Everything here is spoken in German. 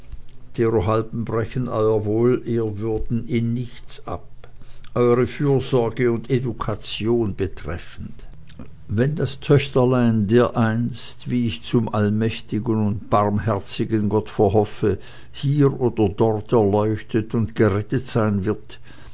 derohalb brechen ew wohlehrwürden in nichts ab euere fürsorge und education betreffend wenn das töchterlein dereinst wie ich zum allmächtigen und barmherzigen gott verhoffe hier oder dort erleuchtet und gerettet seyn wird